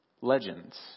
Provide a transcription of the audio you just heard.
legends